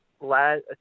last